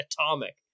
atomic